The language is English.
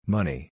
Money